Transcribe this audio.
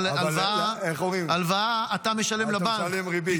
אבל הלוואה, אתה משלם לבנק.